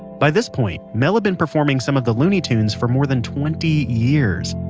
by this point, mel had been performing some of the looney tunes for more than twenty years.